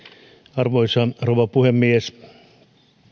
arvoisa rouva puhemies